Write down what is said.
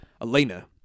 Elena